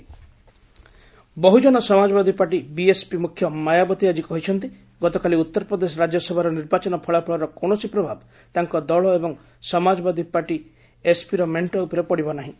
UP Mayawati Bahujan Samajwadi party BSP ମ୍ରଖ୍ୟ ମାୟାବତୀ ଆଜି କହିଛନ୍ତି ଗତକାଲି ଉତ୍ତରପ୍ରଦେଶ ରାଜ୍ୟସଭାର ନିର୍ବାଚନ ଫଳାଫଳର କୌଣସି ପ୍ରଭାବ ତାଙ୍କ ଦଳ ଏବଂ ସମାଜବାଦୀ ପାର୍ଟି ଏସ୍ପିର ମେଣ୍ଟ ଉପରେ ପଡ଼ିବ ନାହିଁ